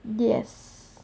yes